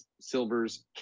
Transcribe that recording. silvers